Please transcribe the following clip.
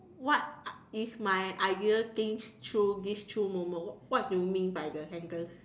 what is my I didn't think this through this through moment what do you mean by the sentence